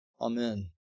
Amen